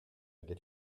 get